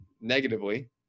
negatively